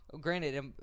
Granted